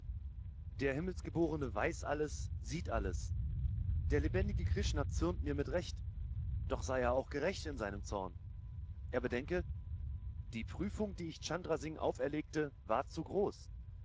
der himmelgeborene weiß alles sieht alles der lebendige krishna zürnt mir mit recht doch sei er auch gerecht in seinem zorn er bedenke die prüfung die ich chandra singh auferlegte war zu groß